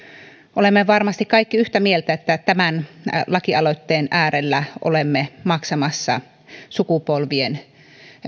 olemme varmasti kaikki yhtä mieltä että tämän lakialoitteen äärellä olemme maksamassa sukupolvien